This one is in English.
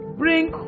bring